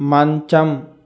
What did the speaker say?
మంచం